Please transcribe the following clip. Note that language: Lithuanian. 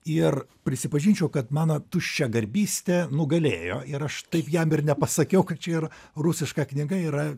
ir prisipažinčiau kad mano tuščiagarbystė nugalėjo ir aš taip jam ir nepasakiau kad čia yra rusiška knyga yra